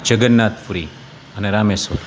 જગ્ગનાથપુરી અને રામેશ્વર